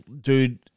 dude –